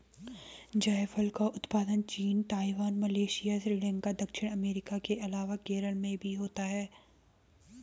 जायफल का उत्पादन चीन, ताइवान, मलेशिया, श्रीलंका, दक्षिण अमेरिका के अलावा केरल में भी होता है